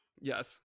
yes